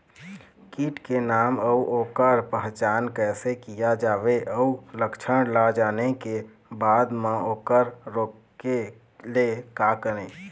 कीट के नाम अउ ओकर पहचान कैसे किया जावे अउ लक्षण ला जाने के बाद मा ओकर रोके ले का करें?